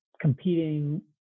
competing